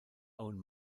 own